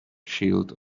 shield